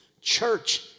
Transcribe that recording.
church